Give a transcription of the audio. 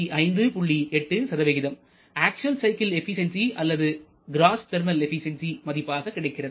8 actual cycle efficiency அல்லது gross thermal efficiency மதிப்பாக கிடைக்கிறது